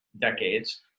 decades